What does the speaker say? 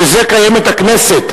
בשביל זה קיימת הכנסת.